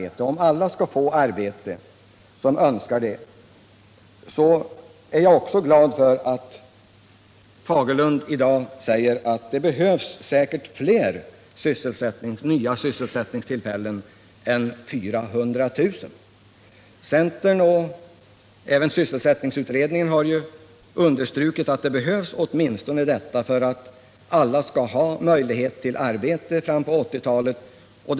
Med tanke på att alla skall få arbete som önskar det, är jag glad över att herr Fagerlund i dag sade att det säkert behövs fler nya sysselsättningstillfällen än 400 000. Centern, liksom också sysselsättningsutredningen, har ju understrukit att det behövs åtminstone 400 000 sysselsättningstillfällen för att alla skall kunna få arbete på 1980-talet.